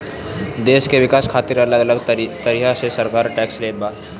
देस के विकास खातिर अलग अलग तरही से सरकार टेक्स लेत बिया